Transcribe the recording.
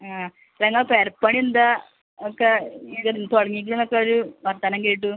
ആ ഞങ്ങൾ പുരപ്പണി എന്താണ് ഒക്കെ ഇത് തുടങ്ങി എന്നൊക്കെ ഒരു വർത്തമാനം കേട്ടു